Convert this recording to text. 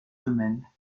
femelles